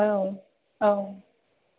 औ औ